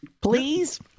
Please